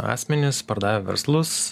asmenys pardavę verslus